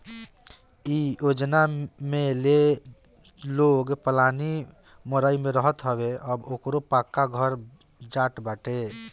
इ योजना में जे लोग पलानी मड़इ में रहत रहे अब ओकरो पक्का घर बन जात बाटे